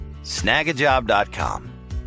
Snagajob.com